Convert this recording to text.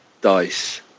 dice